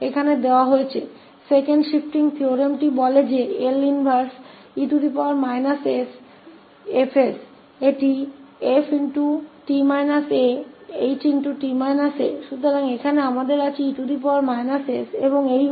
इसलिए हम इस शिफ्टिंग प्रमेय को लागू करेंगे जो कहता है कि प्रतिलोम e s और फिर 1 cost का लाप्लास क्योंकि यह इसका लाप्लास इनवर्स 1 cos है जिसका अर्थ है इसका लाप्लास तो यह वही है जो यहाँ दिया गया है कि e s और किसी प्रकार का 𝐹𝑠 यहाँ दिया गया है